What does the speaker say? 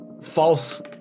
false